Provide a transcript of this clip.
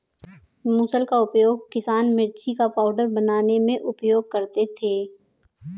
मुसल का उपयोग किसान मिर्ची का पाउडर बनाने में उपयोग करते थे